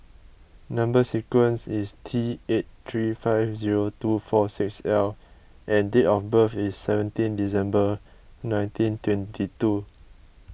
Number Sequence is T eight three five zero two four six L and date of birth is seventeen December nineteen twenty two